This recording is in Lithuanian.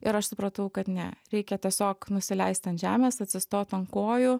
ir aš supratau kad ne reikia tiesiog nusileist ant žemės atsistot ant kojų